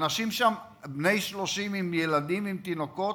אנשים שם בני 30, עם ילדים, עם תינוקות,